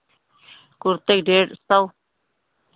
कुर्ते क डेढ़ सौ